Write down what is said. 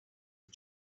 the